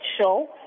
show